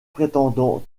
prétendant